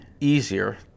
easier